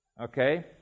Okay